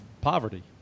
poverty